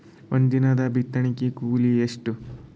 ಒಂದಿನದ ಬಿತ್ತಣಕಿ ಕೂಲಿ ಎಷ್ಟ?